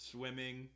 Swimming